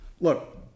look